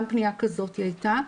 גם פניה כזאת הייתה.